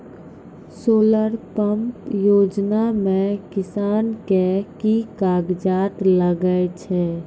Solar pump योजना म किसान के की कागजात लागै छै?